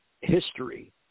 history